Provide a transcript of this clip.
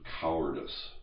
cowardice